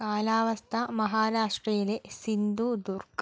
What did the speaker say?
കാലാവസ്ഥ മഹാരാഷ്ട്രയിലെ സിന്ധുദുർഗ്